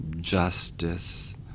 justice